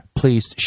please